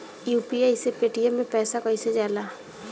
UPI से Paytm मे पैसा कइसे जाला?